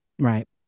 Right